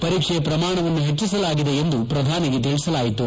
ಪರೀಕ್ಷೆ ಪ್ರಮಾಣವನ್ನು ಹೆಚ್ಚಿಸಲಾಗಿದೆ ಎಂದು ಪ್ರಧಾನಿಗೆ ತಿಳಿಸಲಾಯಿತು